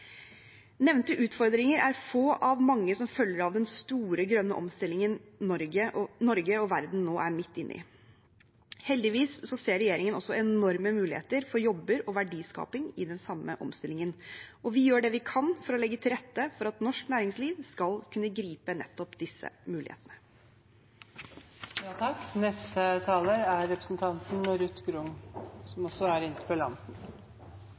Nevnte utfordringer er få av mange som følger av den store grønne omstillingen Norge og verden nå er midt inne i. Heldigvis ser regjeringen også enorme muligheter for jobber og verdiskaping i den samme omstillingen, og vi gjør det vi kan for å legge til rette for at norsk næringsliv skal kunne gripe nettopp disse mulighetene. Takk til statsråden, for i utgangspunktet tror jeg at de fleste ser utfordringsbildet, iallfall de som